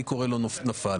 אני קורא לו נפל.